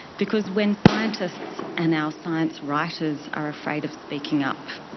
because when scientists and our science writers are afraid of speaking up,